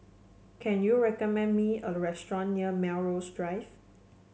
can you recommend me a restaurant near Melrose Drive